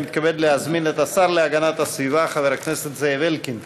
אני מתכבד להזמין את השר להגנת הסביבה חבר הכנסת זאב אלקין